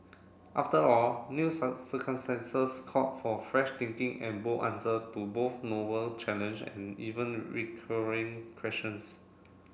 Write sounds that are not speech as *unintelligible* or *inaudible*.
after all new *unintelligible* circumstances call for fresh thinking and bold answer to both novel challenge and even recurring questions